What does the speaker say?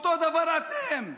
אותו הדבר אתם.